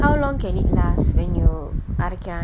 how long can it last when you அரைக்கா:araika